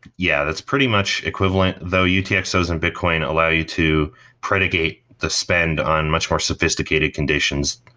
yeah, that's pretty much equivalent. though utxos and bitcoin allow you to predicate to spend on much more sophisticated conditions.